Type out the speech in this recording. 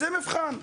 זה מבחן.